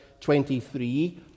23